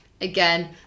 again